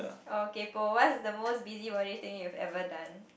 okay bro what is the most busybody thing you ever done